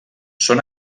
són